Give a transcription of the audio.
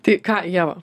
tai ką ieva